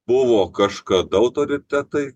buvo kažkada autoritetai